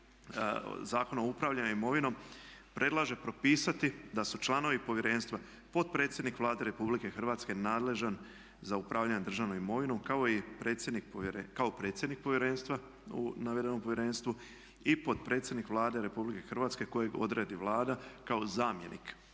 Zakona o upravljanju imovinom predlaže propisati da su članovi povjerenstva potpredsjednik Vlade Republike Hrvatske nadležan za upravljanje državnom imovinom kao predsjednik povjerenstva u navedenom povjerenstvu i potpredsjednik Vlade RH kojeg odredi Vlada kao zamjenik